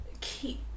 keep